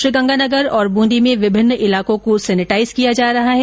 श्रीगंगानगर और बूंदी में विभिन्न इलाकों को सैनेटाइज किया जा रहा है